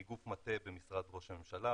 איגוף מטה במשרד ראש הממשלה,